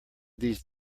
these